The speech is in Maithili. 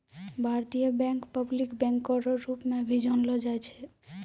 भारतीय बैंक पब्लिक बैंको रो रूप मे भी जानलो जाय छै